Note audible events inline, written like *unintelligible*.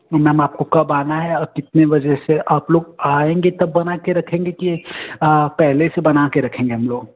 *unintelligible* ma'am आपको कब आना है और कितने बजे से आप लोग आएंगे तब बना कर रखेंगे की पहले से बना कर रखेंगे हम लोग